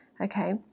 Okay